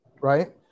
Right